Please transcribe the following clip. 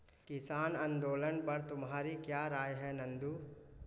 किसान आंदोलन पर तुम्हारी क्या राय है नंदू?